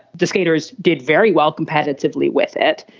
the skaters did very well competitively with it.